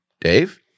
Dave